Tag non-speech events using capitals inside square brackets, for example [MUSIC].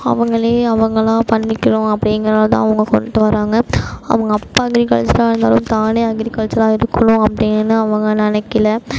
அவங்களே அவங்களாம் பண்ணிக்கணும் அப்டிங்கிறனாலதான் அவங்க கொண்டுட்டு வராங்க அவங்க அப்பா வந்து [UNINTELLIGIBLE] தானே அக்ரிகல்ச்சராக இருக்கணும் அப்படினு அவங்க நினைக்குல